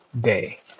day